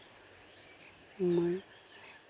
ᱢᱟᱹᱭ